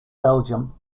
belgium